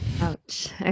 ouch